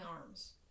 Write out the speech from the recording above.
arms